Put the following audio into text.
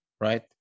right